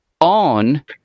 on